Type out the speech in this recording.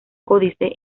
códice